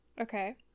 okay